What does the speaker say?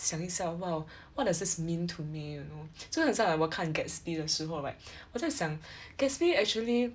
想一下 !wow! what does this mean to me you know 就好像我看 Gatsby 的时候 right 我在想 Gatsby actually